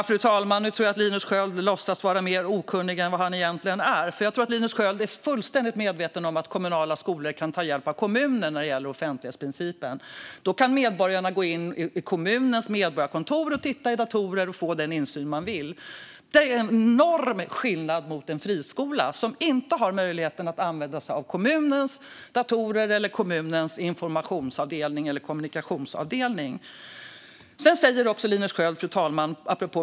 Fru talman! Nu tror jag att Linus Sköld låtsas vara mer okunnig än vad han egentligen är. Jag tror att Linus Sköld är fullständigt medveten om att kommunala skolor kan ta hjälp av kommunen när det gäller offentlighetsprincipen. Då kan medborgarna gå in i kommunens medborgarkontor, titta i datorer och få den insyn de vill. Det är en enorm skillnad mot en friskola som inte har möjligheten att använda sig av kommunens datorer, informationsavdelning eller kommunikationsavdelning. Fru talman!